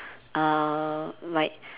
uh like